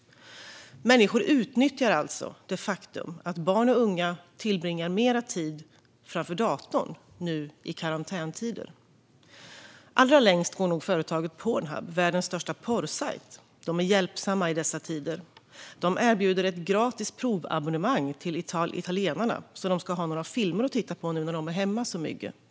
Människor utnyttjar det faktum att barn och unga nu i karantäntider tillbringar mer tid framför datorn. Allra längst går nog företaget Pornhub, världens största porrsajt. De är hjälpsamma i dessa tider: De erbjuder ett gratis provabonnemang till italienarna, för att de ska ha några filmer att titta på när de nu är hemma så mycket.